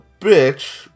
bitch